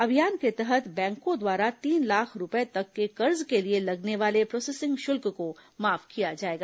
अभियान के तहत बैंकों द्वारा तीन लाख रूपए तक के कर्ज के लिए लगने वाले प्रोसेसिंग शुल्क को माफ किया जाएगा